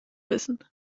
wissen